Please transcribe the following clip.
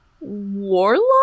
warlock